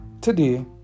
Today